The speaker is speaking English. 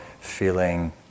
feeling